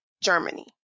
Germany